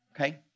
Okay